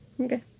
Okay